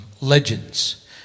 legends